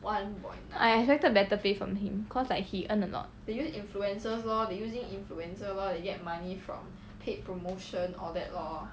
I expected better pay from him cause like he earn a lot